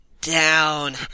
down